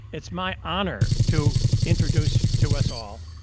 it's my honor to introduce to us all,